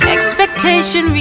Expectation